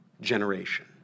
generation